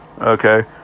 Okay